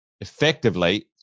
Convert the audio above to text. effectively